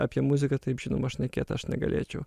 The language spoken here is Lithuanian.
apie muziką taip žinoma šnekėt aš negalėčiau